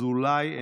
חבר הכנסת אזולאי,